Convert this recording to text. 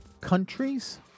countries